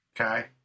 Okay